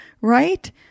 right